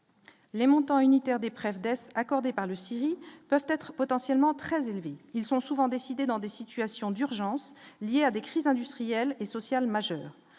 Les montants unitaires des preuves accordée par le si peuvent être potentiellement très élevés, ils sont souvent décidée dans des situations d'urgence, liées à des crises industrielles et sociales majeures